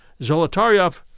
Zolotaryov